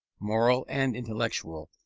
moral and intellectual,